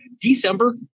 December